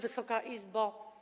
Wysoka Izbo!